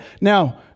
Now